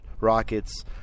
rockets